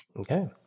Okay